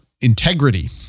Integrity